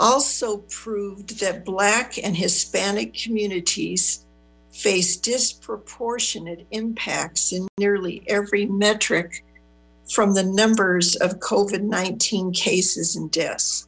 also proved that black and hispanic communities face disproportionate impacts in nearly every metric from the numbers of coke and nineteen cases and death